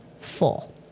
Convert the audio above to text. full